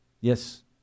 Yes